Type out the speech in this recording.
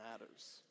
matters